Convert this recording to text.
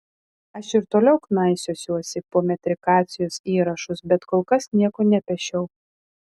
aš ir toliau knaisiosiuosi po metrikacijos įrašus bet kol kas nieko nepešiau